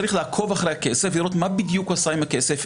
לעקוב אחרי הכסף ולראות מה בדיוק הוא עשה עם הכסף,